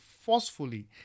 forcefully